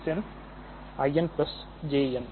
x ni njn